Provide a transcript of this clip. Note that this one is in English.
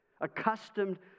accustomed